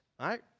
right